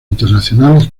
internacionales